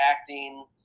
acting